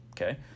Okay